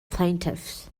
plaintiffs